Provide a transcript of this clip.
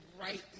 right